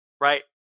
right